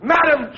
Madam